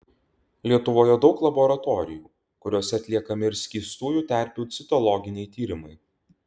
lietuvoje daug laboratorijų kuriose atliekami ir skystųjų terpių citologiniai tyrimai